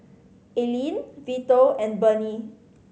Alene Vito and Burney